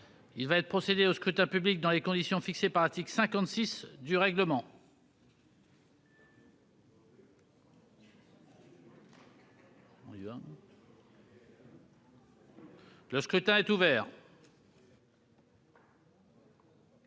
Il va être procédé au scrutin dans les conditions fixées par l'article 56 du règlement. Le scrutin est ouvert.